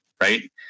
right